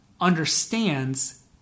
understands